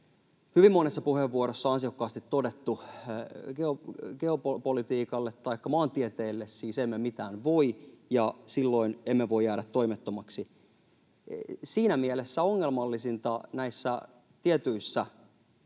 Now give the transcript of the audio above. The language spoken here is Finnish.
hyvin monessa puheenvuorossa ansiokkaasti todettu, geopolitiikalle taikka maantieteelle siis emme mitään voi, ja silloin emme voi jäädä toimettomaksi. Siinä mielessä ongelmallisinta näissä tietyissä lakiesitystä